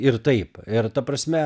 ir taip ir ta prasme